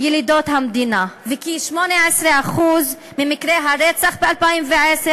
ילידות המדינה, ובכ-18% ממקרי הרצח ב-2010,